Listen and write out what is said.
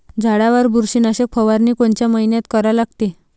झाडावर बुरशीनाशक फवारनी कोनच्या मइन्यात करा लागते?